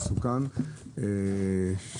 בקורקינט חשמלי ובאופניים חשמליים,